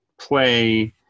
play